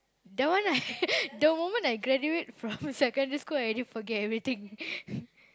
that one I the moment I graduate from secondary school I already forget everything